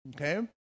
Okay